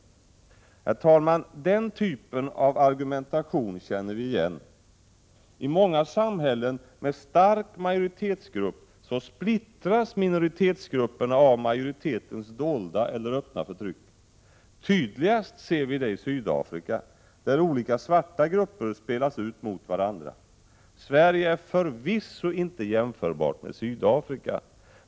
Herr talman! Den typen av argumentation känner vi igen. I många samhällen med en stark majoritetsgrupp splittras minoritetsgrupperna av majoritetens dolda eller öppna förtryck. Tydligast ser vi det i Sydafrika, där olika svarta grupper spelas ut mot varandra. Sverige är förvisso inte jämförbart med Sydafrika.